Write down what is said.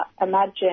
imagine